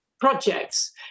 projects